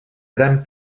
gran